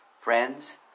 Friends